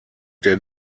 der